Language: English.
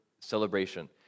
celebration